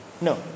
no